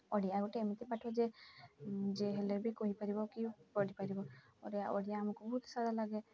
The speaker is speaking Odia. ଓଡ଼ିଆ ଗୋଟେ ଏମିତି ପାଠ ଯେ ଯିଏ ହେଲେ ବି କହିପାରିବ କି ପଢ଼ିପାରିବ ଓଡ଼ିଆ ଓଡ଼ିଆ ଆମକୁ ବହୁତ ସହଜ ଲାଗେ